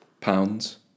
Pounds